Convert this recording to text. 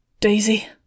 Daisy